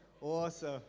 awesome